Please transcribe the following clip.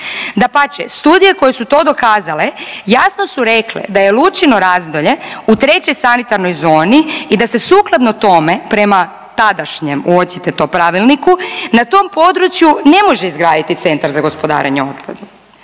Dapače, studije koje su to dokazale jasno su rekle da je Lučino Razdolje u trećoj sanitarnoj zoni i da se sukladno tome prema tadašnjem …/Govornik se ne razumije/… pravilniku na tom području ne može izgraditi Centar za gospodarenje otpadom,